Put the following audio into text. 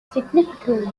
significantly